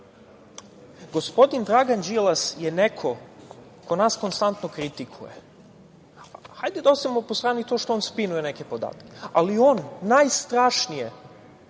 Gospodin Dragan Đilas je neko ko nas konstantno kritikuje, hajde da ostavimo po strani to što on spinuje neke podatke, ali on najstrašnije